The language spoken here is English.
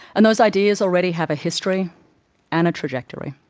and those ideas already have a history and trajectory.